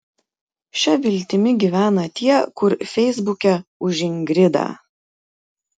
šia viltimi gyvena tie kur feisbuke už ingridą